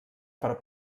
per